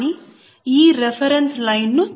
కానీ ఈ reference line ను